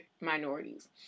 minorities